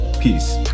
Peace